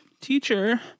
Teacher